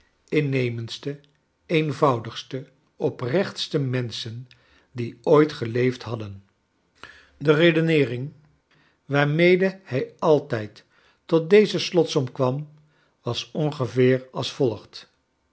innemendste eenvoudigste oprechtste menschen die oit geleefd hadden de redeneering waarmede hij altijd tot deze slotsom kwam was ongeveer als volgt